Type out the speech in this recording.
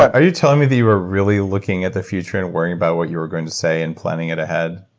are you telling me that you are really looking at the future, and worrying about what you're going to say, and planning it ahead?